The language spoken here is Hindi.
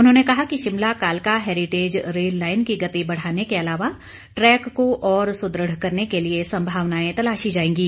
उन्होंने कहा कि शिमला कालका हैरीटेज रेल लाईन की गति बढ़ाने के अलावा ट्रैक को और सुदृढ़ करने के लिए संभावनाएं तलाशी जाएंगी